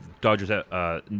Dodgers –